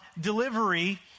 delivery